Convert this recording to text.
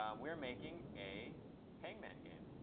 um we're making a hangman game.